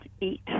eat